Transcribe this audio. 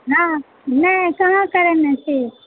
नहि कहाँ करैने छी